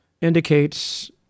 indicates